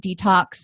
detox